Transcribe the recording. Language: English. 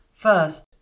First